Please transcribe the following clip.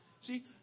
See